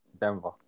Denver